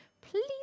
please